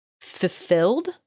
fulfilled